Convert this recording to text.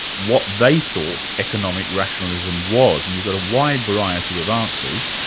what they thought economic rationalism was, and you got a wide variety of answers.